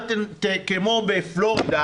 כמו בפלורידה,